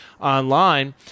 online